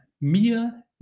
mir